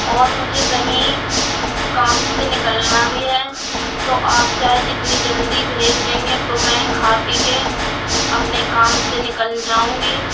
اور مجھے کہیں کام سے نکلنا بھی ہے تو آپ چاہے جتنی جلدی بھیج دیں گے تو میں کھا پی کے اپنے کام سے نکل جاؤں گی